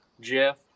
Jeff